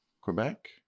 Quebec